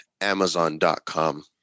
amazon.com